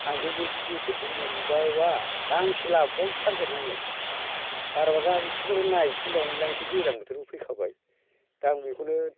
आं बेबायदि जेकेटखौ मोनबावबा गांसे लाबोबावथारगोन आङो बाराबा दा इसे उनाव नायहैफिनबावनोलै आं इसे गोजां बोथोरबो फैखाबाय दा आं बेखौनो